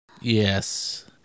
Yes